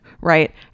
right